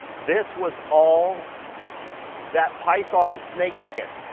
this was all that python snakeskin.